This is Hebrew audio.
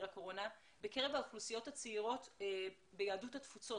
הקורונה בקרב האוכלוסיות הצעירות ביהדות התפוצות.